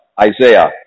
Isaiah